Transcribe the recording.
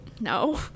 No